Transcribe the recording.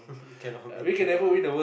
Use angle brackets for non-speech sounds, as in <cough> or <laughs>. <laughs> cannot make it lah